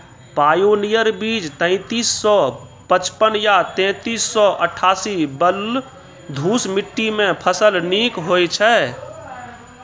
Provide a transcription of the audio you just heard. Pioneer बीज तेंतीस सौ पचपन या तेंतीस सौ अट्ठासी बलधुस मिट्टी मे फसल निक होई छै?